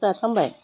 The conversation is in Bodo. स्टाट खालामबाय